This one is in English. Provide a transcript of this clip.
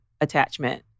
attachment